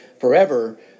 forever